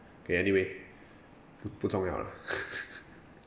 okay anyway 不不重要 lah